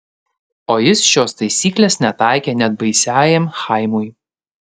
o jis šios taisyklės netaikė net baisiajam chaimui